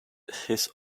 his